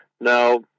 Now